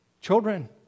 Children